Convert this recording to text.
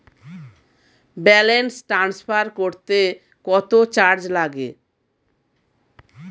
Balance transfer করতে কত charge লাগে?